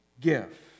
gift